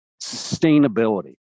sustainability